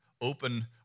open